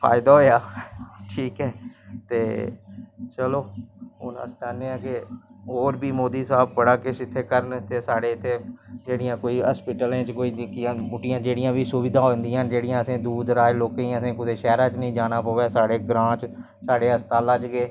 ते लोक केह् आखदे इसी पैह्ले लोक ते अनपढ़ होंदे हे उनै लोकैं गी ते पता नीं लगदा हा ते ते लोक केह् करदे हे कि इक दूऐ गी पुछदे हे कि अज्ज केह् होआ उत्थे केह् होआ कियां कीता लोक इयां पुछदे हे पैह्लै इक दूऐ गी ते रेडुऐ च लोग पुछदे हे